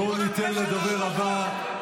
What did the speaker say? בואו ניתן לדובר הבא.